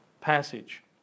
passage